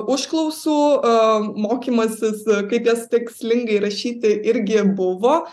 užklausų a mokymasis kaip jas tikslingai rašyti irgi buvo